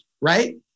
right